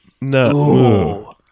No